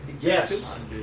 Yes